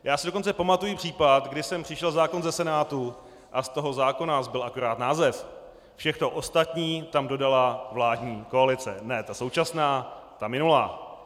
Já si dokonce pamatuji případ, kdy sem přišel zákon ze Senátu a z toho zákona zbyl akorát název, všechno ostatní tam dodala vládní koalice ne ta současná, ta minulá.